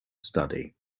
study